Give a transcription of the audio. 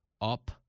up